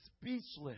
speechless